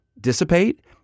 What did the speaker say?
dissipate